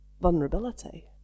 vulnerability